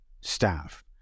staff